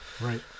Right